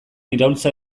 iraultza